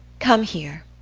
come here.